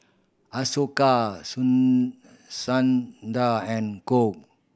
Ashoka Song Sundar and Choor